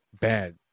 Bad